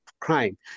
crime